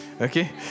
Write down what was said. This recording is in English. okay